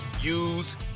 use